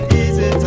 easy